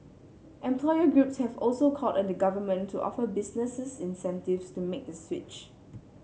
employer groups have also called on the Government to offer businesses incentives to make the switch